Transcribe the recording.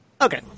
okay